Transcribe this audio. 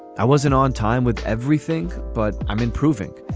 i wasn't on time with everything but i'm improving.